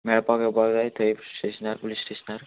मेळपाक येवपाक जाय थंय स्टेशनार पुलीस स्टेशनार